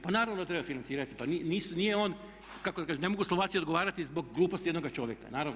Pa naravno da treba financirati, pa nije on, kako da kažem ne mogu Slovaci odgovarati zbog gluposti jednoga čovjeka naravno.